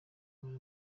hari